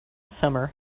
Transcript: summer